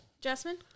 Jasmine